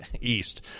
east